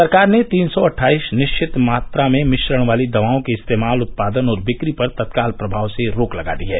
सरकार ने तीन सौ अट्ठाईस निश्वित मात्रा में मिश्रण वाली दवाओं के इस्तेमाल उत्पादन और बिक्री पर तत्काल प्रभाव से रोक लगा दी है